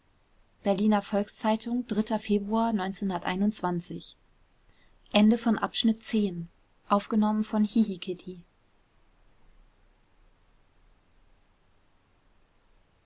berliner volks-zeitung februar